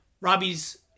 Robbie's